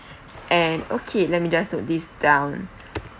and okay let me just note this down